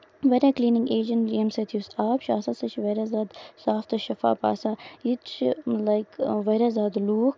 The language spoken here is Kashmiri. واریاہ کِلیٖنِگ ییٚمہِ سۭتۍ یُس یہِ آب چھُ آسان سُہ چھُ واریاہ زیادٕ صاف تہٕ شِفاف آسان ییٚتہِ چھِ لایِک واریاہ زیادٕ لوٗکھ